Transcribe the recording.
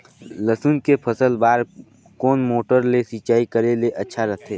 लसुन के फसल बार कोन मोटर ले सिंचाई करे ले अच्छा रथे?